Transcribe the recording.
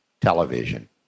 television